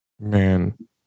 Man